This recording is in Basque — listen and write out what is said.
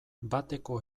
bateko